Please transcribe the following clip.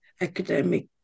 academic